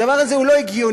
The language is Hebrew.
הדבר הזה הוא לא הגיוני,